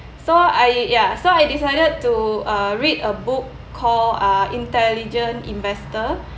so I ya so I decided to uh read a book call uh intelligent investor